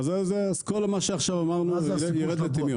ואז כל מה שאנחנו אומרים עכשיו ירד לטמיון.